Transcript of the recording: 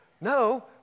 No